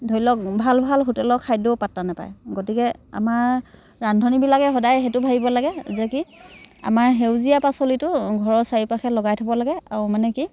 ধৰি লওক ভাল ভাল হোটেলৰ খাদ্যও পাত্তা নাপায় গতিকে আমাৰ ৰান্ধনিবিলাকে সদায় সেইটো ভাবিব লাগে যে কি আমাৰ সেউজীয়া পাচলিটো ঘৰৰ চাৰিওপাশে লগাই থ'ব লাগে আৰু মানে কি